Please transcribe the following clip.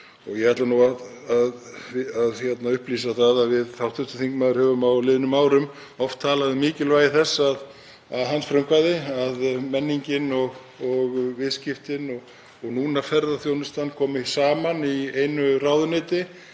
Ég ætla að upplýsa það að við hv. þingmaður höfum á liðnum árum oft talað um mikilvægi þess, að hans frumkvæði, að menningin og viðskiptin og núna ferðaþjónustan komi saman í einu ráðuneyti